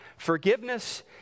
Forgiveness